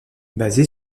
basée